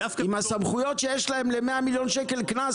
עם הסמכויות שיש להם ל-100 מיליון שקל קנס,